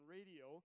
Radio